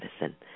medicine